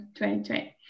2020